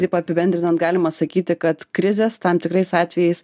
taip apibendrinant galima sakyti kad krizės tam tikrais atvejais